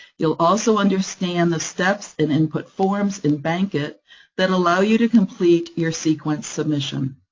you'll also understand the steps in input forms in bankit that allow you to complete your sequence submission.